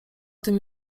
tym